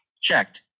Checked